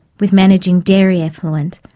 with managing dairy effluent,